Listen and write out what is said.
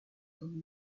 son